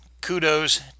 kudos